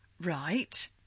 Right